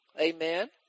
Amen